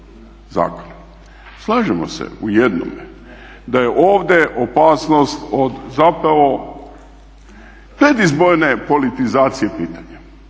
zakona. Slažemo se u jednome da je ovdje opasnost od zapravo predizborne politizacije pitanjem